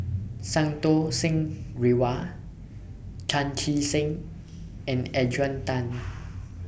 Santokh Singh Grewal Chan Chee Seng and Adrian Tan